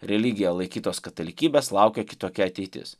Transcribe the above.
religija laikytos katalikybės laukia kitokia ateitis